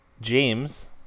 James